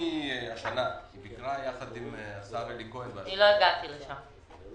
ביוני השנה היא ביקרה ביחד עם השר אלי כהן --- לא הגעתי לשם.